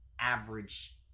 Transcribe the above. average